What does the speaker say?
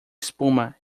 espuma